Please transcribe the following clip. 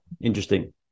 interesting